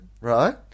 right